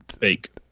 Fake